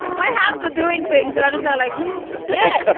my hands are doing things that i just got like, whoo! yeah